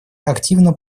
активно